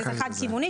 שזה חד כיווני,